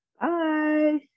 Bye